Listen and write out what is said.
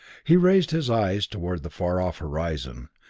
he raised his eyes toward the far-off horizon,